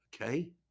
Okay